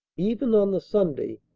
even on the sunday,